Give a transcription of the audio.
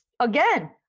Again